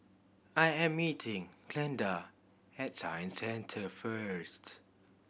I am meeting Glenda at Science Centre first